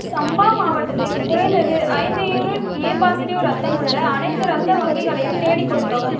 சம்பா மாவட்டத்தில் குறைந்தது ஐந்து யூனிட் ஏ பாசிட்டிவ் இரத்தம் உள்ள அனைத்து இரத்த வங்கிகளையும் தேடிக்கொடுக்கவும்